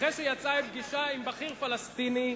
אחרי שיצאה מפגישה עם בכיר פלסטיני,